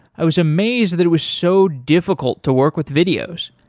i was amazed that it was so difficult to work with videos.